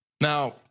Now